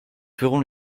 ferons